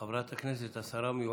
חברת הכנסת, השרה המיועדת,